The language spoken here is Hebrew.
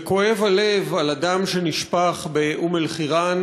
וכואב הלב על הדם שנשפך באום-אלחיראן.